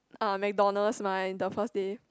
uh McDonald's mah in the first day